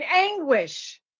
anguish